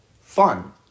fun